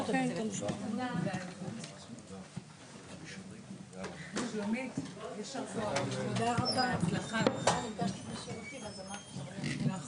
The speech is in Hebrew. בשעה 15:32.